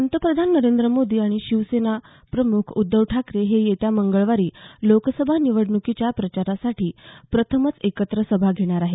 पंतप्रधान नरेंद्र मोदी आणि शिवसेना प्रमुख उद्धव ठाकरे हे येत्या मंगळवारी लोकसभा निवडण्कीच्या प्रचारासाठी प्रथमच एकत्र सभा घेणार आहेत